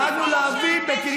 מתים שם בין